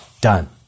done